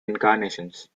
incarnations